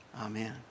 Amen